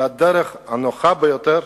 והדרך הנוחה ביותר